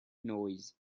noise